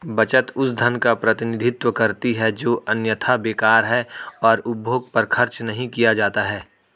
बचत उस धन का प्रतिनिधित्व करती है जो अन्यथा बेकार है और उपभोग पर खर्च नहीं किया जाता है